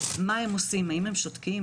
מה הם עושים האם שותקים?